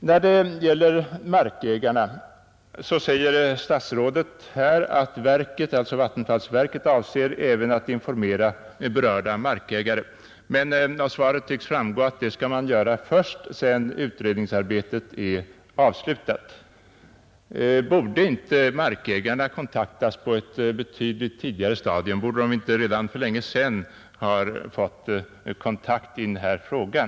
När det gäller markägarna säger statsrådet att vattenfallsverket ”avser även att informera berörda markägare”. Av svaret tycks framgå att man skall göra det först sedan utredningsarbetet är avslutat. Borde inte markägarna kontaktas på ett betydligt tidigare stadium? Borde de inte redan för länge sedan ha fått en kontakt i denna fråga?